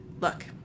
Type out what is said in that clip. Look